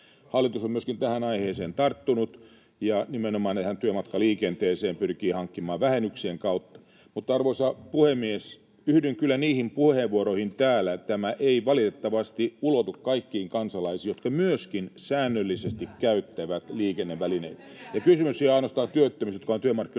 Hallitus on myöskin tähän aiheeseen tarttunut ja nimenomaan työmatkaliikenteeseen pyrkii hankkimaan tukea vähennyksien kautta. Arvoisa puhemies! Yhdyn kyllä niihin puheenvuoroihin täällä, että tämä ei valitettavasti ulotu kaikkiin kansalaisiin, jotka myöskin säännöllisesti käyttävät liikennevälineitä. [Perussuomalaisten ryhmästä: Hyvä!] Kysymys ei ole